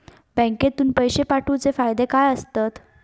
बँकेतून पैशे पाठवूचे फायदे काय असतत?